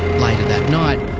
later that night,